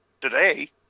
Today